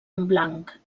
blanc